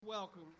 Welcome